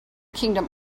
kingdom